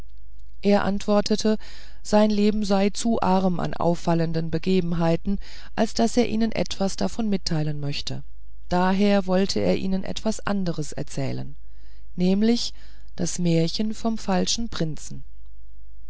er antwortete sein leben sei zu arm an auffallenden begebenheiten als daß er ihnen etwas davon mitteilen möchte daher wolle er ihnen etwas anderes erzählen nämlich das märchen vom falschen prinzen